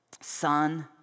son